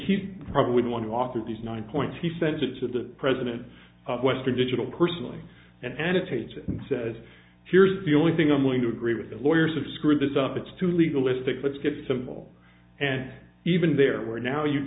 he probably would want to offer these nine points he sent it to the president of western digital personally and annotate and says here's the only thing i'm going to agree with the lawyers have screwed this up it's too legal istic let's get simple and even there we're now you